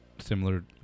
similar